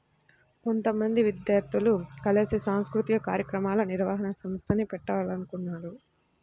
కొంతమంది విద్యార్థులు కలిసి సాంస్కృతిక కార్యక్రమాల నిర్వహణ సంస్థని పెట్టాలనుకుంటన్నారు